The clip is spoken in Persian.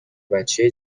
بچه